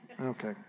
Okay